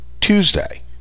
Tuesday